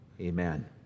Amen